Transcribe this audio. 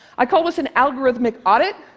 i call this an algorithmic audit,